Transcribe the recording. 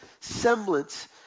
semblance